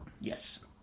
Yes